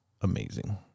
amazing